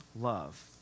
love